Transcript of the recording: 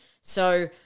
So-